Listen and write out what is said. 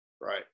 right